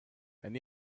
and